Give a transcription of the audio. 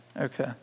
Okay